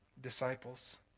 disciples